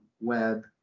web